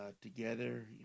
together